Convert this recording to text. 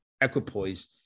equipoise